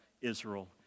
Israel